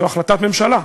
זו החלטת ממשלה,